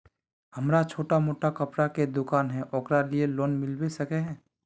हमरा छोटो मोटा कपड़ा के दुकान है ओकरा लिए लोन मिलबे सके है?